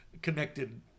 connected